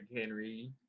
Henry